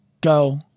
go